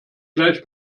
gleich